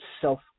self